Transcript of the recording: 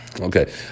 okay